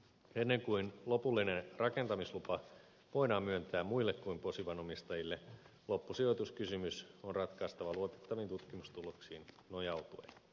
ennen kuin lopullinen rakentamislupa voidaan myöntää muille kuin posivan omistajille loppusijoituskysymys on ratkaistava luotettaviin tutkimustuloksiin nojautuen